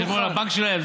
לחשבון הבנק שלהם.